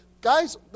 Guys